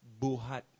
buhat